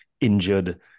injured